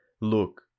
look